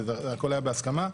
ושהכול היה בהסכמה.